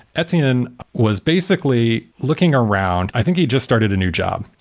etienne was basically looking around, i think he just started a new job,